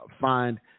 find